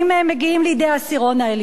מגיעים לידי העשירון העליון.